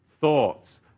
Thoughts